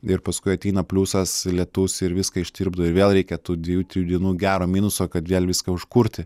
ir paskui ateina pliusas lietus ir viską ištirpdo ir vėl reikia tų dviejų trijų dienų gero minusą kad vėl viską užkurti